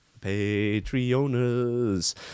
Patreoners